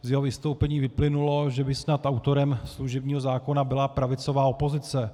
Z jeho vystoupení vyplynulo, že by snad autorem služebního zákona byla pravicová opozice.